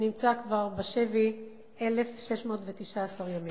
שנמצא בשבי כבר 1,619 ימים.